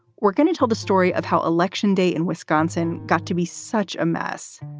we're going to tell the story of how election day in wisconsin got to be such a mess.